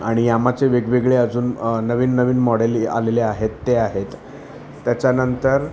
आणि यामाचे वेगवेगळे अजून नवीन नवीन मॉडेल आलेले आहेत ते आहेत त्याच्यानंतर